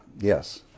Yes